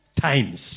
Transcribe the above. times